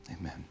Amen